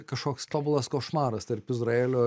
kažkoks tobulas košmaras tarp izraelio